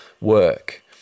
work